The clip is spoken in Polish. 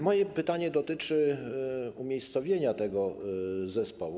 Moje pytanie dotyczy umiejscowienia tego zespołu.